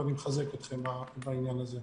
ואני מחזק אתכם בעניין הזה.